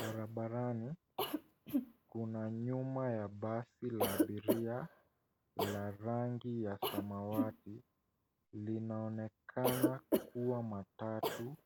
Barabarani, kuna nyuma ya basi la abiria la rangi ya samawati. Linaonekana kuwa matatu